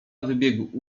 wybiegł